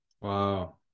wow